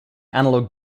analog